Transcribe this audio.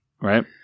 right